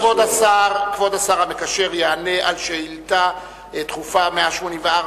עכשיו כבוד השר המקשר יענה על שאילתא דחופה 184,